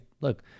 look